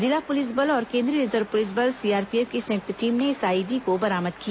जिला पुलिस बल और केंद्रीय रिजर्व पुलिस बल सीआरपीएफ की संयुक्त टीम ने इस आईईडी को बरामद किया